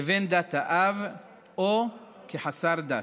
כבן דת האב או כחסר דת,